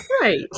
Right